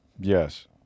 Yes